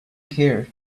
care